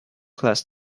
class